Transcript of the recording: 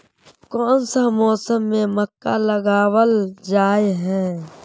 कोन सा मौसम में मक्का लगावल जाय है?